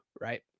right